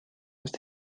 ist